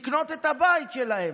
לקנות את הבית שלהם.